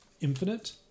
infinite